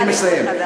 אני מסיים.